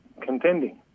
contending